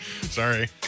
Sorry